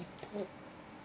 people